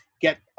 get